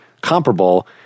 comparable